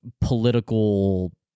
political